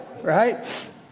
right